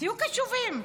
תהיו קשובים.